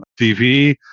TV